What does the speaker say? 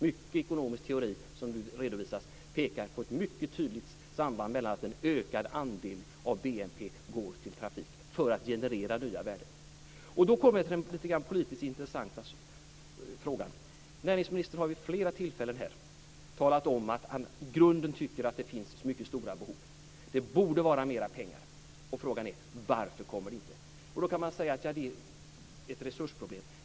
Mycket ekonomisk teori som redovisas pekar på ett mycket tydligt samband här. En ökad andel av BNP går till trafiken för att generera nya värden. Då kommer jag till den politiskt intressanta frågan. Näringsministern har vid flera tillfällen här talat om att han i grunden tycker att det finns mycket stora behov. Det borde vara mera pengar till detta. Frågan är: Varför kommer de inte? Då kan man säga att det är ett resursproblem.